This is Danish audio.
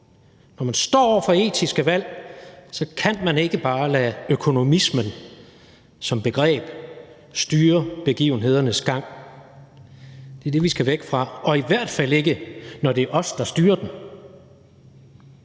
Når man står over for etiske valg, kan man ikke bare lade økonomismen som begreb styre begivenhedernes gang. Det er det, vi skal væk fra, og man kan i hvert fald ikke, når det er os, der styrer dem